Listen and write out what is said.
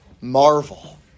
Marvel